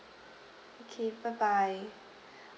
okay bye bye